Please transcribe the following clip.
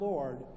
Lord